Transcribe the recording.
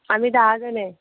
आम्ही दहा जण आहे